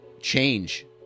change